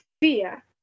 fear